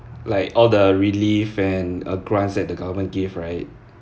like all the relief and uh grants that the government give right